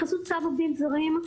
בחסות צו עובדים זרים,